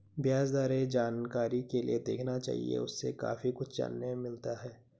ब्याज दरें जानकारी के लिए देखना चाहिए, उससे काफी कुछ जानने मिलता है